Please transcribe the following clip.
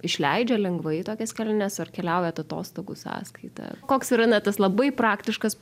išleidžia lengvai į tokias keliones ar keliaujat atostogų sąskaita koks yra na tas labai praktiškas